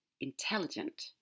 intelligent